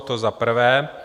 To za prvé.